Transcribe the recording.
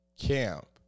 Camp